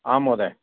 आम् महोदय